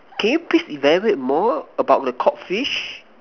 can you please elaborate more about the cod fish